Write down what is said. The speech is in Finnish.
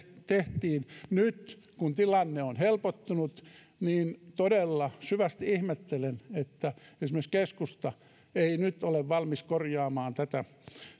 tehtiin nyt kun tilanne on helpottunut niin todella syvästi ihmettelen että esimerkiksi keskusta ei ole valmis korjaamaan tätä